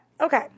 okay